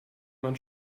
man